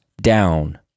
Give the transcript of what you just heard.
down